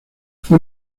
fue